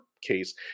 case